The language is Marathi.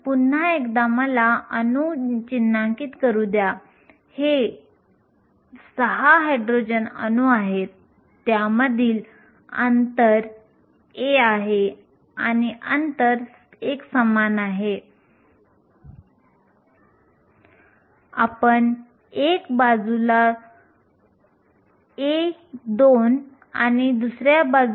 फोटो ल्युमिनेसेन्स प्रयोगांच्या बाबतीत किंवा इलेक्ट्रॉन सूक्ष्मदर्शकांमध्ये क्ष किरणांसाठी सेन्सर म्हणून बहुतेक आंतरिक अर्धवाहक ऑप्टिकल सेन्सर म्हणून वापरले जातात